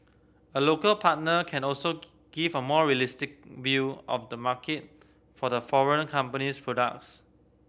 a local partner can also give a more realistic view of the market for the foreign company's products